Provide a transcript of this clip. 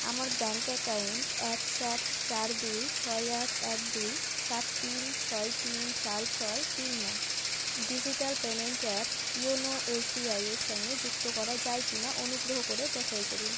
আমার bank account এক সাত চার দুই ছয় আট এক দুই সাত তিন ছয় তিন চার ছয় তিন নয় ডিজিটাল পেমেন্ট অ্যাপ ইওনো এসবিআইয়ের সঙ্গে যুক্ত করা যায় কি না অনুগ্রহ করে যাচাই করুন